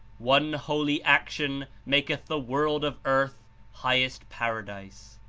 one holy action maketh the world of earth highest paradise.